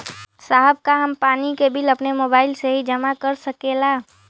साहब का हम पानी के बिल अपने मोबाइल से ही जमा कर सकेला?